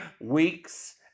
weeks